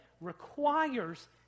requires